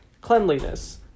cleanliness